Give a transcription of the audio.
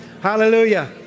Hallelujah